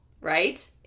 Right